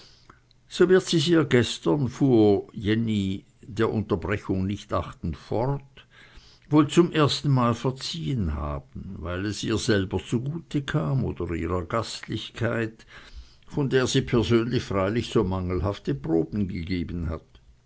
so wird sie's ihr gestern fuhr jenny der unterbrechung nicht achtend fort wohl zum ersten male verziehen haben weil es ihr selber zugute kam oder ihrer gastlichkeit von der sie persönlich freilich so mangelhafte proben gegeben hat